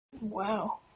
Wow